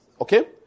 Okay